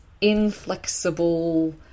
inflexible